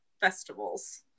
festivals